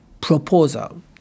proposal